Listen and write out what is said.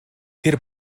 тэр